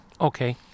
Okay